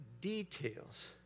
details